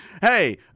Hey